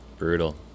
Brutal